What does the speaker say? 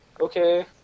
okay